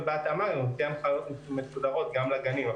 ובהתאמה נוציא הנחיות מסודרות גם לגנים.